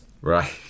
Right